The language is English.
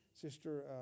Sister